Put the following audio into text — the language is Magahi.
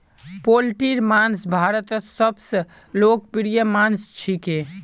पोल्ट्रीर मांस भारतत सबस लोकप्रिय मांस छिके